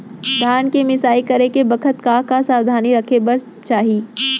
धान के मिसाई करे के बखत का का सावधानी रखें बर चाही?